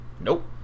Nope